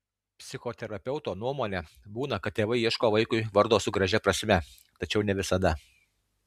psichoterapeuto nuomone būna kad tėvai ieško vaikui vardo su gražia prasme tačiau ne visada